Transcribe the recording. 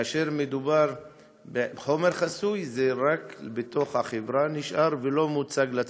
כאשר מדובר בחומר חסוי זה נשאר רק בתוך החברה ולא מוצג לציבור.